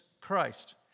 Christ